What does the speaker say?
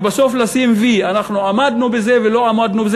ובסוף לסמן "וי" אנחנו עמדנו בזה ולא עמדנו בזה.